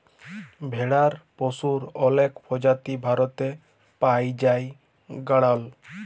ভেড়ার পশুর অলেক প্রজাতি ভারতে পাই জাই গাড়ল